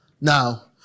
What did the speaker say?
Now